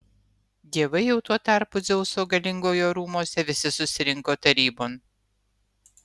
dievai jau tuo tarpu dzeuso galingojo rūmuose visi susirinko tarybon